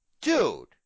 dude